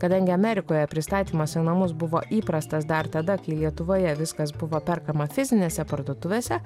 kadangi amerikoje pristatymas į namus buvo įprastas dar tada kai lietuvoje viskas buvo perkama fizinėse parduotuvėse